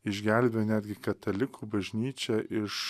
išgelbio netgi katalikų bažnyčią iš